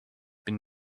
been